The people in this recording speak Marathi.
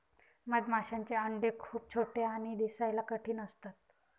मधमाशांचे अंडे खूप छोटे आणि दिसायला कठीण असतात